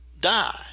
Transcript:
die